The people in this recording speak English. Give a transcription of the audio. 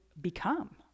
become